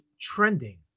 trending